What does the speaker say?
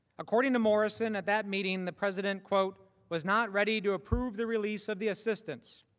according to morrison, at that meeting, the president was not ready to approve the release of the assistance.